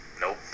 Nope